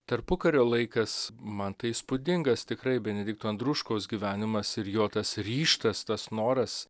tarpukario laikas man tai įspūdingas tikrai benedikto andruškos gyvenimas ir jo tas ryžtas tas noras